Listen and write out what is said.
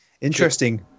Interesting